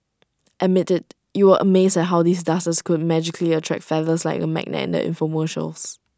admit IT you were amazed at how these dusters could magically attract feathers like A magnet in the infomercials